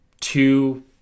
two